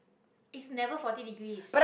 is never forty degrees